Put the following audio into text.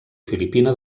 filipina